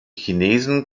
chinesen